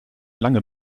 lange